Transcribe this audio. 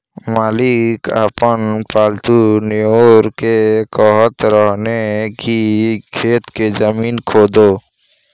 मालिक आपन पालतु नेओर के कहत रहन की खेत के जमीन खोदो